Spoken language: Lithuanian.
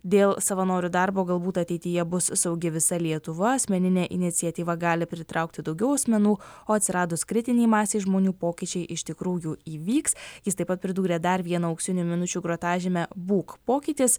dėl savanorių darbo galbūt ateityje bus saugi visa lietuva asmeninė iniciatyva gali pritraukti daugiau asmenų o atsiradus kritinei masei žmonių pokyčiai iš tikrųjų įvyks jis taip pat pridūrė dar vieną auksinių minučių grotažymę būk pokytis